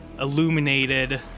illuminated